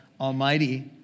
Almighty